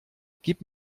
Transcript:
gib